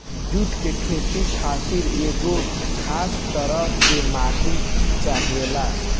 जुट के खेती खातिर एगो खास तरह के माटी चाहेला